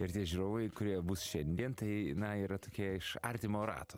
ir tie žiūrovai kurie bus šiandien tai na yra tokie iš artimo rato